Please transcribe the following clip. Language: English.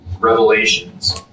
Revelations